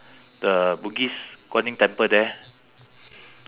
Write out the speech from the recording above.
because they very very very poor thing lah they